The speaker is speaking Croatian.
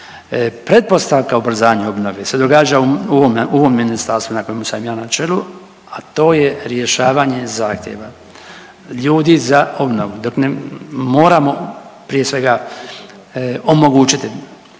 Pretpostavka ubrzanju obnove se događa u ovom ministarstvu na kojemu sam ja na čelu, a to je rješavanje zahtjeva ljudi za obnovu dok ne moramo prije svega omogućiti i još